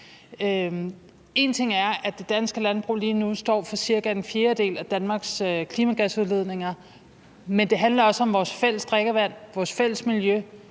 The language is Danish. Én ting er, at det danske landbrug lige nu står for cirka en fjerdedel af Danmarks klimagasudledninger, men det handler også om vores fælles drikkevand, vores fælles miljø,